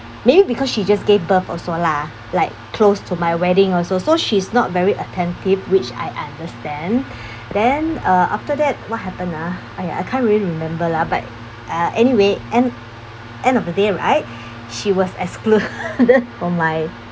maybe because she just gave birth also lah uh like close to my wedding also so she's not very attentive which I understand then uh after that what happen ah !aiya! I can't really remember lah but ah anyway um end of the day right she was excluded from my